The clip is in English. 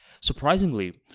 surprisingly